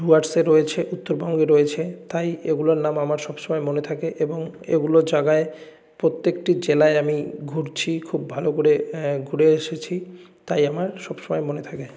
ডুয়ার্সে রয়েছে উত্তরবঙ্গে রয়েছে তাই এগুলোর নাম আমার সব সময় মনে থাকে এবং এগুলো জাগায় প্রত্যেকটি জেলায় আমি ঘুরছি খুব ভালো করে ঘুরে এসেছি তাই আমার সব সময় মনে থাকে